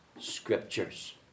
Scriptures